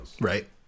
Right